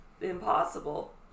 impossible